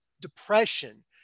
Depression